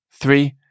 Three